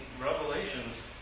revelations